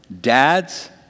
Dads